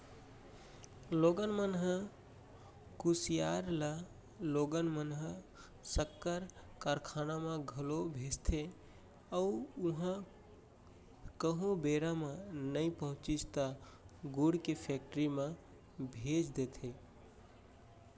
लोगन मन ह कुसियार ल लोगन मन ह सक्कर कारखाना म घलौ भेजथे अउ उहॉं कहूँ बेरा म नइ पहुँचिस त गुड़ के फेक्टरी म भेज देथे